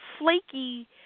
flaky